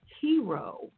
hero